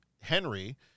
Henry